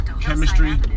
chemistry